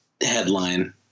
headline